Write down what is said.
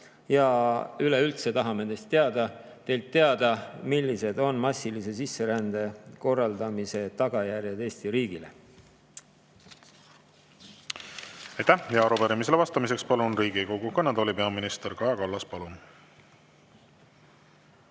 Üleüldse tahame teilt teada, millised on massilise sisserände korraldamise tagajärjed Eesti riigile. Aitäh! Arupärimisele vastamiseks palun Riigikogu kõnetooli peaminister Kaja Kallase. Palun!